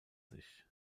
sich